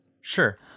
Sure